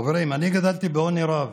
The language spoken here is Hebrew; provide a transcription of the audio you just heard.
חברים, אני גדלתי בעוני רב,